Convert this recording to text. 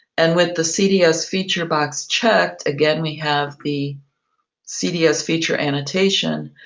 and with the cds feature box checked, again we have the cds feature annotation.